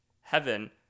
heaven